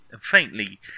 faintly